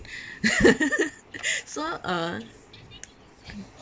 so uh